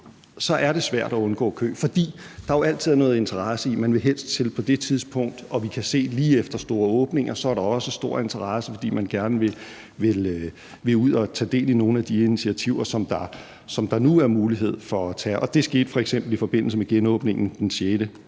er det svært at undgå kø, fordi der jo altid er nogle interesser i det – at man helst vil til på det eller det tidspunkt – og vi kan se, at lige efter store åbninger er der også stor interesse, fordi man gerne vil ud og tage del i nogle af de initiativer, som der nu er mulighed for at deltage i. Det skete f.eks. i forbindelse med genåbningen den 6.